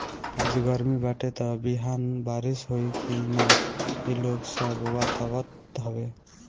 आज गरमी बाटे त बिहान बारिश होई की ना इ लोग सब बतावत हवे